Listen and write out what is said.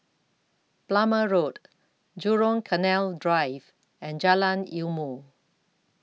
Plumer Road Jurong Canal Drive and Jalan Ilmu